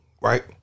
right